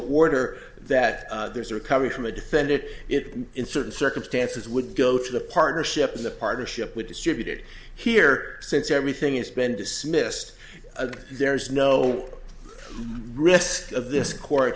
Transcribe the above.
or that there's a recovery from a defended it in certain circumstances would go to the partnership and the partnership with distributed here since everything is been dismissed there is no risk of this court